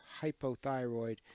hypothyroid